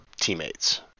teammates